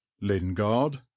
lingard